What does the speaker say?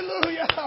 Hallelujah